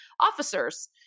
officers